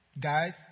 guys